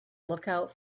lookout